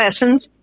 lessons